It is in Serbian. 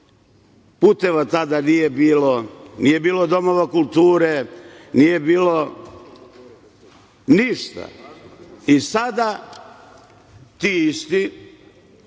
nije bilo, nije bilo domova kulture, nije bilo ništa. I sada ti isti